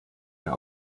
mehr